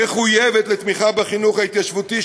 מחויבת לתמיכה בחינוך ההתיישבותי,